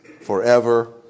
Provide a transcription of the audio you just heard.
forever